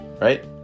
right